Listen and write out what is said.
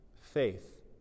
Faith